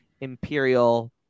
Imperial